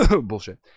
Bullshit